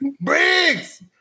Briggs